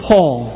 Paul